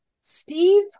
Steve